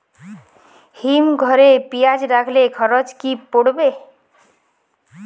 হিম ঘরে পেঁয়াজ রাখলে খরচ কি পড়বে?